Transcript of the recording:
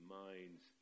minds